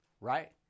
right